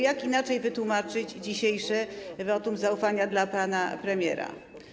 Jak inaczej wytłumaczyć dzisiejsze wotum zaufania dla pana premiera?